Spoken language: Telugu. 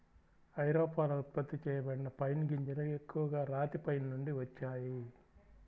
ఐరోపాలో ఉత్పత్తి చేయబడిన పైన్ గింజలు ఎక్కువగా రాతి పైన్ నుండి వచ్చాయి